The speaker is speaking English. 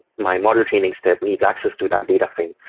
my model training step needs access to that data frame.